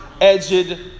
edged